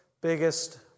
biggest